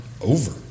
over